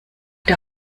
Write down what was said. der